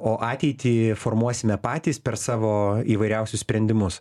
o ateitį formuosime patys per savo įvairiausius sprendimus